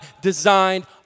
designed